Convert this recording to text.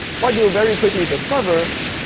what you very quickly discover,